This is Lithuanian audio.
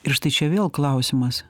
ir štai čia vėl klausimas